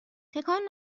تکان